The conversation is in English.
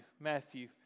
Matthew